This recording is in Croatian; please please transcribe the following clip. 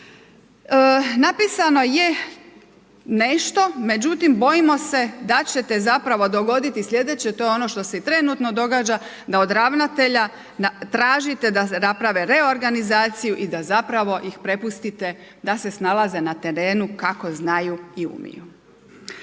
Napisano je nešto, međutim, bojimo se da će se zapravo dogoditi sljedeće, a to je ono što se i trenutno događa da od ravnatelja tražite da naprave reorganizaciju i da zapravo ih prepustite da se snalaze na terenu kako znaju i umiju.